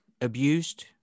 abused